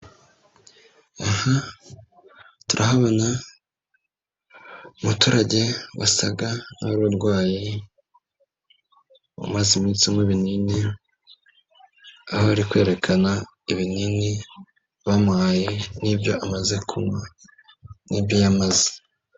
Aha, turahabona, Umuturage wasaga n'uwari urwaye. wari umaze iminsi anywa ibinini. Aho ari kwerekana ibinini, bamuhaye n'ibyo amaze kunywa, n'ibyo yamaze.